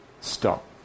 stop